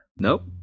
Nope